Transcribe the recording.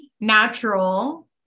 natural